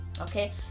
Okay